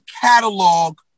catalog